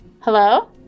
Hello